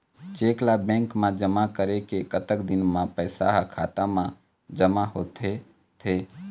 Cheque ला bank मा जमा करे के कतक दिन मा पैसा हा खाता मा जमा होथे थे?